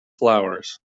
flowers